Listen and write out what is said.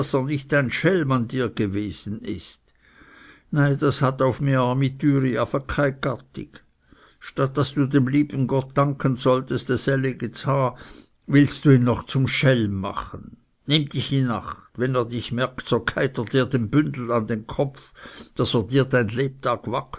nicht ein schelm an dir gewesen ist nei das hat auf my armi türi afe kei gattig statt daß du am lieben gott danken solltest e sellige z'ha willst du ihn noch zum schelm machen nimm dich in acht wenn er dich merkt so gheit der dir den bündel an den kopf daß der dir dein lebtag